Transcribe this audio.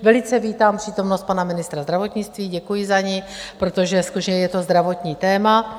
Velice vítám přítomnost pana ministra zdravotnictví, děkuji za ni, protože skutečně je to zdravotní téma.